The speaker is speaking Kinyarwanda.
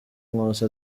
nkusi